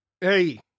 Hey